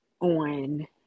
on